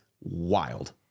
wild